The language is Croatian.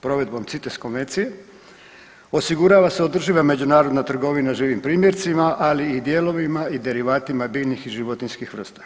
Provedbom CITES konvencije osigurava se održiva međunarodna trgovina živim primjercima, ali i dijelovima i derivatima biljnih i životinjskih vrsta.